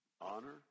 honor